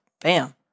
bam